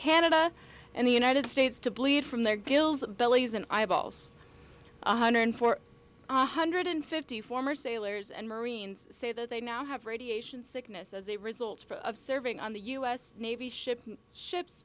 canada and the united states to bleed from their gills bellies and eyeballs one hundred four hundred fifty former sailors and marines say that they now have radiation sickness as a result of serving on the u s navy ship ships